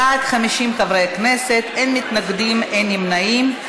בעד, 50 חברי כנסת, אין מתנגדים, אין נמנעים.